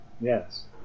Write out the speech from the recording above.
Yes